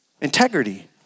integrity